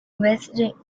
resident